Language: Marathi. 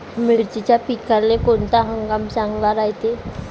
मिर्चीच्या पिकाले कोनता हंगाम चांगला रायते?